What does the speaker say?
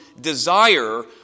desire